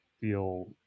feel